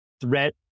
threat